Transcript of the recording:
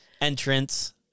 entrance